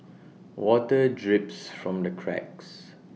water drips from the cracks